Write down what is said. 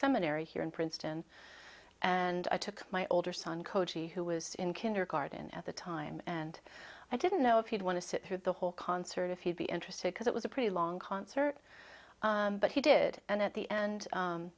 seminary here in princeton and i took my older son cody who was in kindergarten at the time and i didn't know if he'd want to sit through the whole concert if he'd be interested because it was a pretty long concert but he did and at the end